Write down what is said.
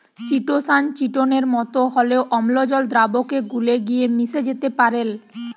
chitosan চিটোনের মতো হলেও অম্লজল দ্রাবকে গুলে গিয়ে মিশে যেতে পারেল